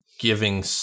giving